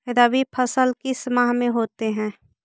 रवि फसल किस माह में होते हैं?